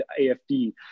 AFD